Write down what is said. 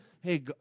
hey